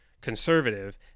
conservative